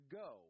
go